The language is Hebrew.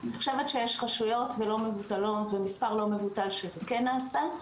אני חושבת שיש רשויות ולא מבוטלות במספר לא מבוטל שזה כן נעשה.